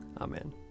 Amen